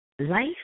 Life